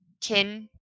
kin